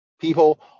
people